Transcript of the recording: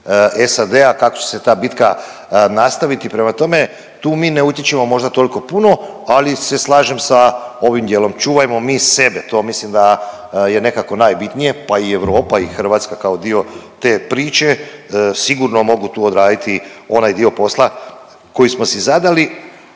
SAD-a, kako će se ta bitka nastaviti. Prema tome, tu mi ne utječemo možda toliko puno, ali se slažem sa ovim dijelom. Čuvajmo mi sebe, to mislim da je nekako najbitnije, pa i Europa i Hrvatska kao dio te priče sigurno mogu tu odraditi onaj dio posla koji smo si zadali,